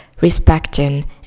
respecting